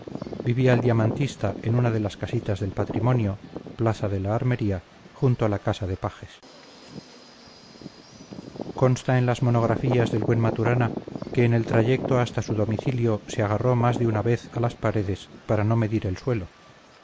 vivía el diamantista en una de las casitas del patrimonio plaza de la armería junto a la casa de pajes consta en las monografías del buen maturana que en el trayecto hasta su domicilio se agarró más de una vez a las paredes para no medir el suelo